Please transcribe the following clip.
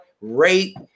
rape